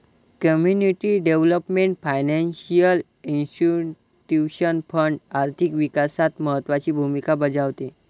community development financial institution fund आर्थिक विकासात महत्त्वाची भूमिका बजावते